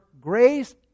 grace